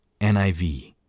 NIV